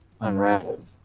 unraveled